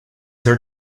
her